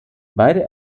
beide